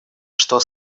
что